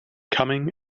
coming